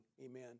amen